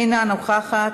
אינה נוכחת,